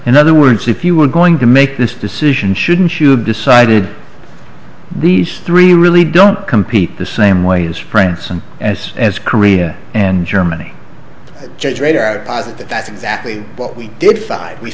in other words if you were going to make this decision shouldn't you decided these three really don't compete the same way as france and as as korea and germany the judge radar posit that that's exactly what we did five we